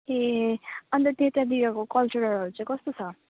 ए अनि त त्यतातिरको कल्चरेलहरू चाहिँ कस्तो छ